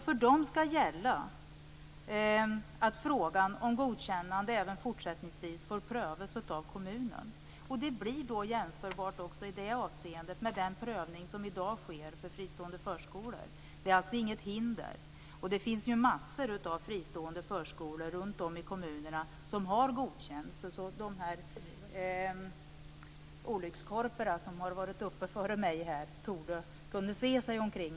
För dem skall gälla att frågan om godkännande även fortsättningsvis får prövas av kommunen. Det blir då också i det avseendet jämförbart med den prövning som i dag sker för fristående förskolor. Det är alltså inte något hinder. Det finns många fristående förskolor runt om i kommunerna som har godkänts. De olyckskorpar som varit uppe före mig i debatten torde kunna se sig omkring.